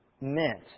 meant